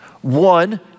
One